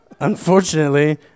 Unfortunately